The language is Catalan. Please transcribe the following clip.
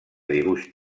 dibuix